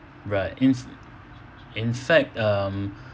right in in fact um